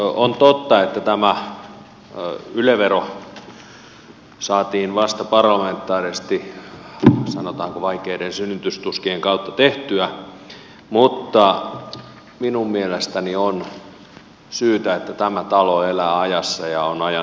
on totta että tämä yle vero saatiin vasta parlamentaarisesti sanotaanko vaikeiden synnytystuskien kautta tehtyä mutta minun mielestäni on syytä siihen että tämä talo elää ajassa ja on ajan hermoilla